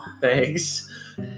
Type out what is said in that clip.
Thanks